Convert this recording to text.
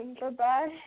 Goodbye